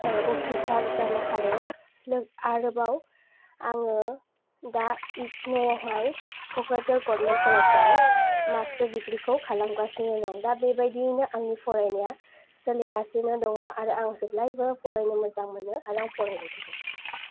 उथ्रिसार जानो हादों आरोबाव आङो दा इगन' आवहाय कक्राझार गभमेन कलेज आव मास्तार दिग्रि खो खालामगासिनो दं दा बे बायदियैनो आंनि फरायनाया सोलिगासिनो दङ आरो आं जेब्लायबो फरायनो मोजां मोनो आरो आं फरायबाय थागोन